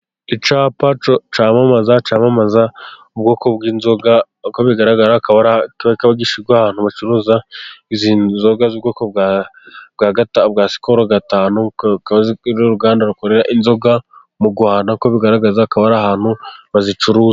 Icyapa cyamamaza ubwoko bw'inzoga. Uko bigaragara ahantu hacuruza izi nzoga z'ubwoko bwa sikolo gatanu, uruganda rukora inzoga , uko bigaragara akaba ari ahantu bazicuruza.